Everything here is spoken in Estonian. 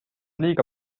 liiga